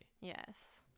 Yes